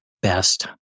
best